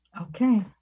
Okay